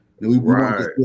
Right